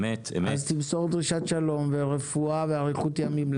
תמסור לו דרישת שלום ורפואה ואריכות ימים.